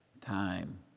time